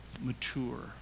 mature